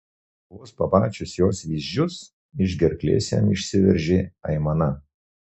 vos pamačius jos vyzdžius iš gerklės jam išsiveržė aimana